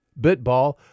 Bitball